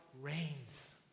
reigns